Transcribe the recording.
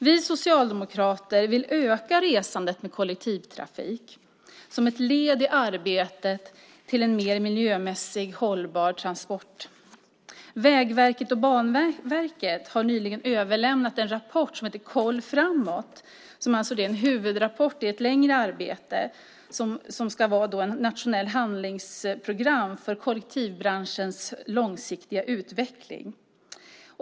Vi socialdemokrater vill öka resandet med kollektivtrafik som ett led i arbetet till mer miljömässigt hållbara transporter. Vägverket och Banverket har nyligen överlämnat en rapport som heter Koll framåt . Det är en huvudrapport i ett längre arbete som ska vara ett nationellt handlingsprogram för kollektivtrafikens långsiktiga utveckling.